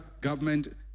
government